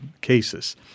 cases